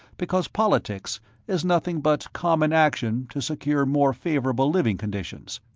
because politics is nothing but common action to secure more favorable living conditions,